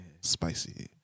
spicy